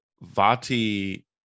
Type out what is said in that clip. Vati